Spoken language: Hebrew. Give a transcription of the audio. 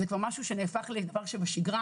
זה כבר משהו שנהפך לדבר שבשיגרה,